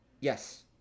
Yes